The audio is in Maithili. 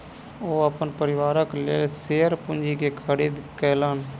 ओ अपन परिवारक लेल शेयर पूंजी के खरीद केलैन